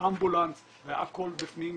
אמבולנס והכל בפנים,